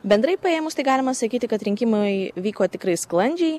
bendrai paėmus tai galima sakyti kad rinkimai vyko tikrai sklandžiai